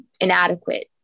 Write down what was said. inadequate